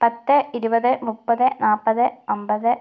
പത്ത് ഇരുപത് മുപ്പത് നാൽപ്പത് അമ്പത്